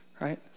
Right